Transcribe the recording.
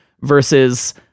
versus